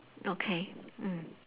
okay mm